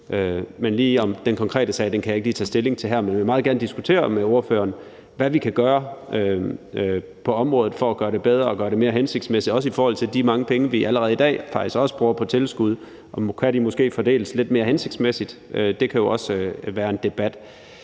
og hjem. Den konkrete sag kan jeg ikke tage stilling til lige her, men jeg vil meget gerne diskutere med spørgeren, hvad vi kan gøre på området for at gøre det bedre og gøre det mere hensigtsmæssigt, også i forhold til de mange penge, vi allerede i dag faktisk også bruger på tilskud. Måske kan de fordeles lidt mere hensigtsmæssigt – det kan jo også være en debat.